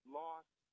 lost